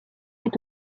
est